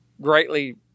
greatly